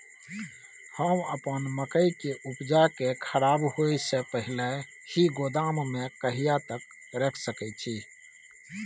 हम अपन मकई के उपजा के खराब होय से पहिले ही गोदाम में कहिया तक रख सके छी?